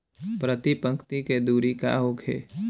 प्रति पंक्ति के दूरी का होखे?